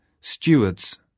stewards